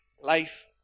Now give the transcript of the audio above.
life